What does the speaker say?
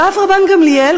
ואף רבן גמליאל,